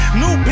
new